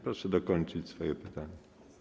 Proszę dokończyć swoje pytanie.